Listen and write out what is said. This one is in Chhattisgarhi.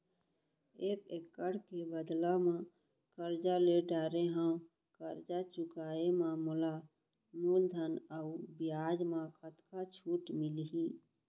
एक एक्कड़ के बदला म करजा ले डारे हव, करजा चुकाए म मोला मूलधन अऊ बियाज म कतका छूट मिलही?